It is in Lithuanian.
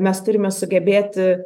mes turime sugebėti